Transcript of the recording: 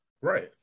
Right